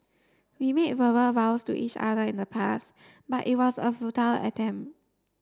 we made verbal vows to each other in the past but it was a futile attempt